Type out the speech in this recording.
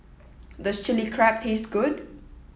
does Chilli Crab taste good